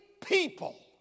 people